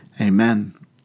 Amen